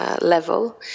level